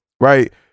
right